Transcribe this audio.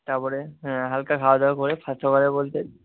তারপরে হ্যাঁ হালকা খাওয়া দাওয়া করে ফার্স্ট সকালে বলতে